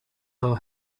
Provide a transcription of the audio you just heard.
are